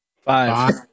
five